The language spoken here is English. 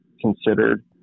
considered